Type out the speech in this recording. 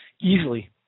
Easily